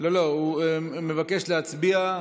אני יכול להצביע מפה?